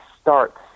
starts